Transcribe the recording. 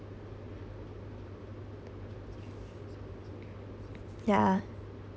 yeah